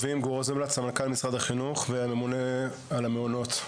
אני סמנכ"ל משרד החינוך והממונה על המעונות.